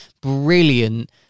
brilliant